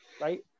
right